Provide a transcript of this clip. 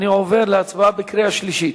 אני עובר להצבעה בקריאה שלישית.